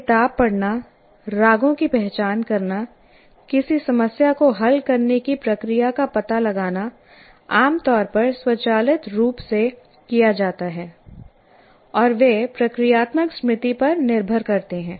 एक किताब पढ़ना रागों की पहचान करना किसी समस्या को हल करने की प्रक्रिया का पता लगाना आमतौर पर स्वचालित रूप से किया जाता है और वे प्रक्रियात्मक स्मृति पर निर्भर करते हैं